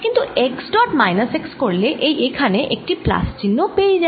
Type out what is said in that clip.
কিন্তু x dot minus x করলে এই এখানে একটি প্লাস চিহ্ন পেয়ে যাই